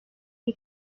que